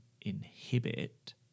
inhibit